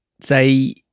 say